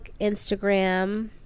Instagram